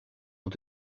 ont